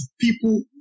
people